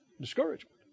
discouragement